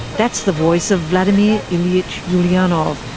that's the voice of vladimir ilyich ulyanov,